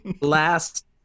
last